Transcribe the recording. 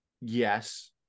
Yes